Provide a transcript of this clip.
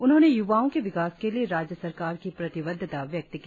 उन्होंने युवाओं के विकास के लिए राज्य सरकार की प्रतिबद्धता व्यक्त की